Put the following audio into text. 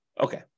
Okay